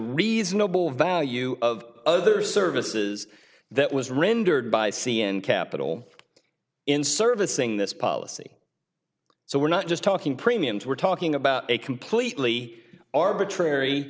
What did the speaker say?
reasonable value of other services that was rendered by c n capital in servicing this policy so we're not just talking premiums we're talking about a completely arbitrary